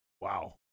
Wow